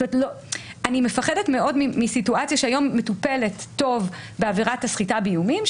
אני מפחדת מאוד מסיטואציה שהיום מטופלת טוב בעבירת הסחיטה באיומים,